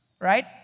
Right